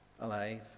alive